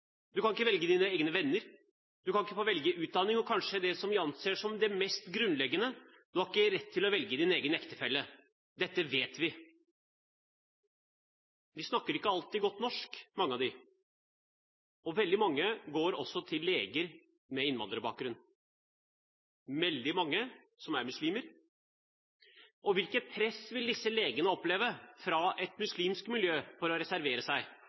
Du kan ikke velge dine egne venner, du kan ikke få velge utdanning, og det som vi kanskje anser som det mest grunnleggende, at du ikke har rett til å velge din egen ektefelle. Dette vet vi. Mange av dem snakker ikke alltid godt norsk, og veldig mange går også til leger med innvandrerbakgrunn, og veldig mange av dem er muslimer. Hvilket press vil disse legene oppleve fra et muslimsk miljø om å reservere seg,